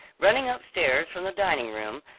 running upstairs from the dining-room,